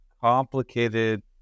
complicated